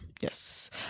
yes